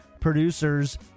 producers